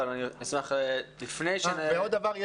אבל אני אשמח -- עוד דבר.